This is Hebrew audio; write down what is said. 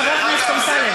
חבר הכנסת אמסלם,